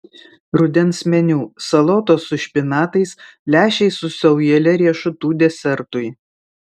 rudens meniu salotos su špinatais lęšiai su saujele riešutų desertui